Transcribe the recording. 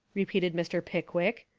repeated mr. pick wick,